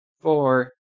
four